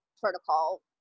protocol